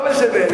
לא משנה.